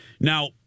now